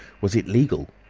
was it legal?